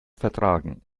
vertragen